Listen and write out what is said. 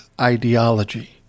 ideology